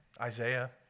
Isaiah